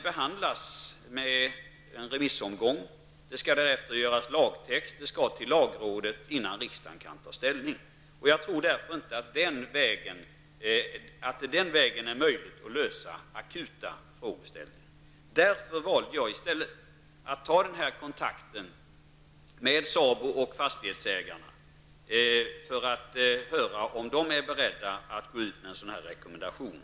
Därefter skulle det ha skrivits en lagtext, varefter lagrådet hade haft att behandla saken, innan riksdagen kunnat ta ställning. Därför tror jag inte att det är möjligt att lösa akuta frågor den vägen. Jag har i stället valt att ta kontakt med SABO och fastighetsägarna för att höra efter om de är beredda att gå ut med en rekommendation.